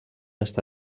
està